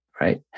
Right